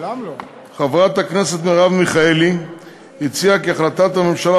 חברת הכנסת מרב מיכאלי הציעה כי החלטת הממשלה